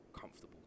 comfortable